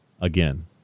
again